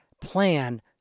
plan